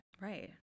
Right